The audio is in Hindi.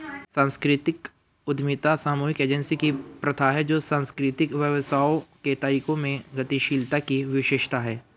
सांस्कृतिक उद्यमिता सामूहिक एजेंसी की प्रथा है जो सांस्कृतिक व्यवसायों के तरीकों में गतिशीलता की विशेषता है